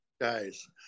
guys